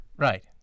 Right